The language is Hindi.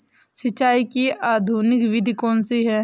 सिंचाई की आधुनिक विधि कौनसी हैं?